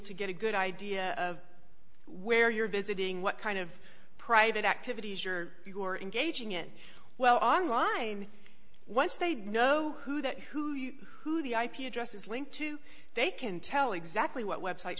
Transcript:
to get a good idea of where you're visiting what kind of private activities are you are engaging in well online once they know who that who you who the ip address is linked to they can tell exactly what website